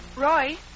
Roy